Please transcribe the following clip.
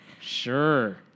Sure